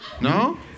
No